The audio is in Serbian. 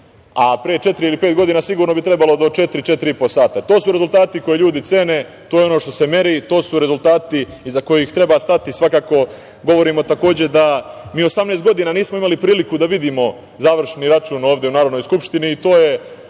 a pre četiri ili pet godina sigurno bi mi trebalo četiri, četiri i po sata. To su rezultati koje ljudi cene, to je ono što se meri, to su rezultati iza kojih treba stati. Svakako, govorimo takođe da mi 18 godina nismo imali priliku da vidimo završni račun ovde u Narodnoj skupštini i to je